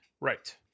Right